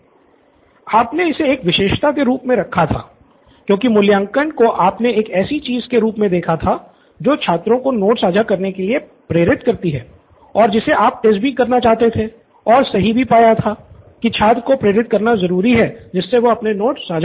professor Bala आपने इसे एक विशेषता के रूप में रखा था क्योंकि मूल्यांकन को आपने एक ऐसी चीज़ के रूप में देखा था जो छात्रों को नोट्स साझा करने के लिए प्रेरित करती हैं और जिसे आप टेस्ट भी करना चाहते थे और सही भी पाया था की छात्र को प्रेरित करना ज़रूरी है जिससे वो अपने नोट्स साझा करें